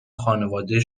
خانواده